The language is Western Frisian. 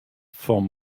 fan